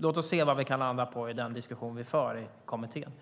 Låt oss se vad vi kan landa på i den diskussion vi för i kommittén.